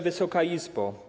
Wysoka Izbo!